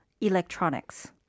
electronics